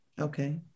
Okay